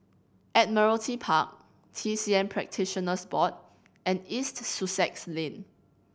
Admiralty Park T C M Practitioners Board and East Sussex Lane